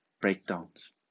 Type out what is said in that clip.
breakdowns